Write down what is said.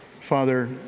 father